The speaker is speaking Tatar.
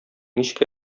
ничек